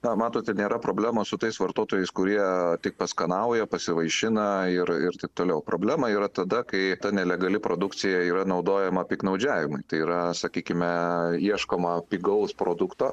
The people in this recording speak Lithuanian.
na matot nėra problemos su tais vartotojais kurie tik paskanauja pasivaišina ir ir taip toliau problema yra tada kai ta nelegali produkcija yra naudojama piktnaudžiavimui tai yra sakykime ieškoma pigaus produkto